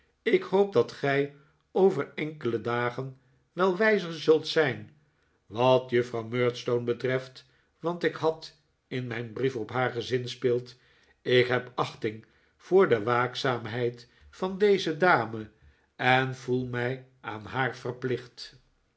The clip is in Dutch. ik hoop dat gij over enkele dagen wel wijzer zult zijn wat juffrouw murdstone betreft want ik had in mijn brief op haar gezinspeeld ik heb achting voor de waakzaamheid van deze dame en voel mij aan haar verplicht